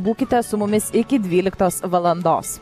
būkite su mumis iki dvyliktos valandos